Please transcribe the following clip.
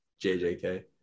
JJK